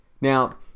Now